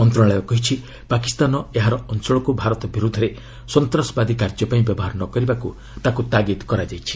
ମନ୍ତ୍ରଣାଳୟ କହିଛି ପାକିସ୍ତାନ ଏହାର ଅଞ୍ଚଳକୁ ଭାରତ ବିରୁଦ୍ଧରେ ସନ୍ତାସବାଦୀ କାର୍ଯ୍ୟ ପାଇଁ ବ୍ୟବହାର ନକରିବାକୁ ତାକୁ ତାଗିଦ୍ କରାଯାଇଛି